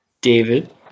david